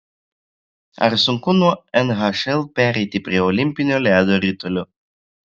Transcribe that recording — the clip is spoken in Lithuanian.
ar sunku nuo nhl pereiti prie olimpinio ledo ritulio